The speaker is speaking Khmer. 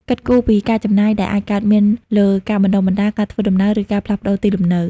គិតគូរពីការចំណាយដែលអាចកើតមានលើការបណ្តុះបណ្តាល ការធ្វើដំណើរ ឬការផ្លាស់ប្តូរទីលំនៅ។